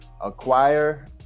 acquire